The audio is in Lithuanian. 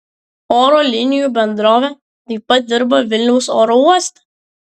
oro linijų bendrovė taip pat dirba vilniaus oro uoste